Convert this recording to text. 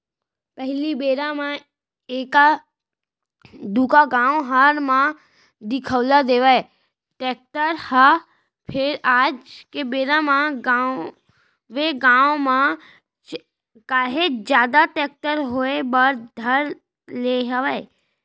पहिली बेरा म एका दूका गाँव घर म दिखउल देवय टेक्टर ह फेर आज के बेरा म गाँवे गाँव म काहेच जादा टेक्टर होय बर धर ले हवय